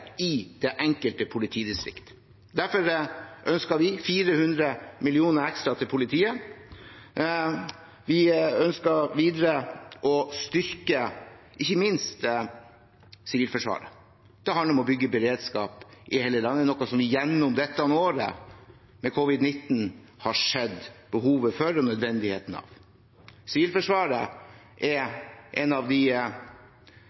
i det enkelte politidistrikt. Derfor ønsker vi 400 mill. kr ekstra til politiet. Vi ønsker videre ikke minst å styrke Sivilforsvaret. Det handler om å bygge beredskap i hele landet, noe som vi gjennom dette året med covid-19 har sett behovet for og nødvendigheten av. Sivilforsvaret er